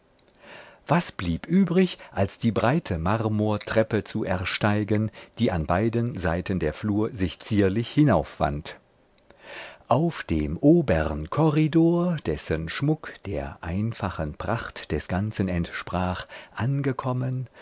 was blieb übrig als die breite marmortreppe zu ersteigen die an beiden seiten der flur sich zierlich hinaufwand auf dem obern korridor dessen schmuck der einfachen pracht des ganzen entsprach angekommen